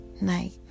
night